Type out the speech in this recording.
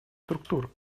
структур